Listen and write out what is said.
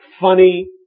funny